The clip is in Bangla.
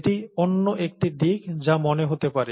এটি অন্য একটি দিক যা মনে হতে পারে